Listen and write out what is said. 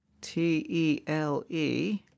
T-E-L-E